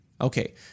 Okay